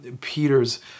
Peter's